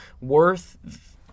worth